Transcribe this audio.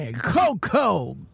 Coco